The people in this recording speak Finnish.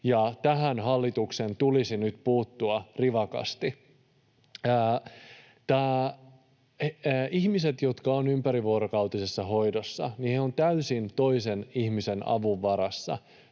tähän hallituksen tulisi nyt puuttua rivakasti. Ihmiset, jotka ovat ympärivuorokautisessa hoidossa, ovat täysin toisen ihmisen avun varassa.